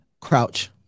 Crouch